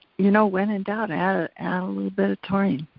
you know, when in doubt, add add a little bit of taurine,